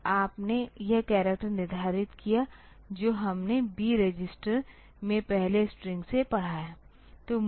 फिर आपने यह करैक्टर निर्धारित किया जो हमने B रजिस्टर में पहले स्ट्रिंग से पढ़ा है